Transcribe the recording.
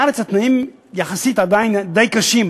בארץ התנאים יחסית עדיין די קשים.